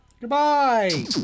goodbye